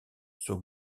sur